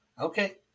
Okay